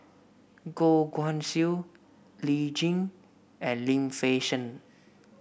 Goh Guan Siew Lee Tjin and Lim Fei Shen